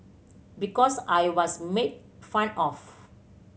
because I was made fun of